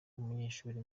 umunyeshuri